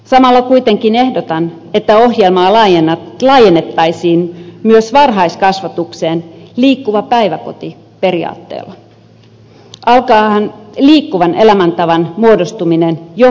samalla kuitenkin ehdotan että ohjelmaa laajennettaisiin myös varhaiskasvatukseen liikkuva päiväkoti periaatteella alkaahan liikkuvan elämäntavan muodostuminen jo ennen peruskoulua